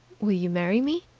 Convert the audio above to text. will you marry me?